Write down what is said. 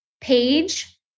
page